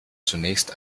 zunächst